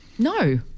No